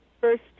first